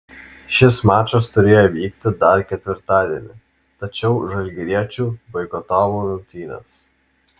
šis mačas turėjo vykti dar ketvirtadienį tačiau žalgiriečių boikotavo rungtynes